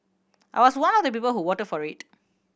I was one of the people who vote for it